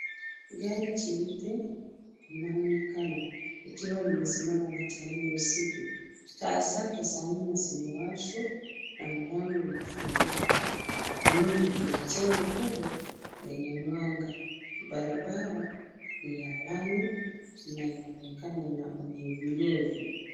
Gari jeupe linaonekana likiwa limesimama mtaani usiku. Taa zake za nyuma zimewashwa na mlango umefunguka. Nyuma kuna jengo kubwa lenye mwanga. Barabara ni ya lami na inaonekana ina unyevunyevu.